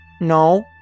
No